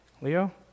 Leo